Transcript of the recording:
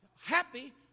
happy